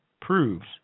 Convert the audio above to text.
proves